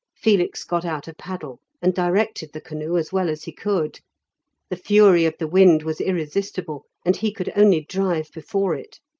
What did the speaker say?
felix got out a paddle, and directed the canoe as well as he could the fury of the wind was irresistible, and he could only drive before it.